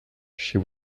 she